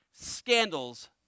scandals